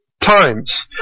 times